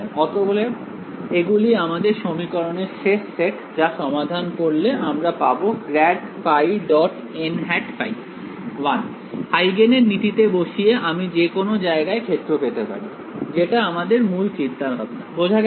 অতএব এগুলি আমাদের সমীকরণের শেষ সেট যা সমাধান করলে আমরা পাব grad phi dot n hat phi 1 হাইগেনের নীতি তে বসিয়ে আমি যে কোন জায়গায় ক্ষেত্র পেতে পারি যেটা আমাদের মূল চিন্তাভাবনা বোঝা গেছে